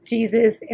Jesus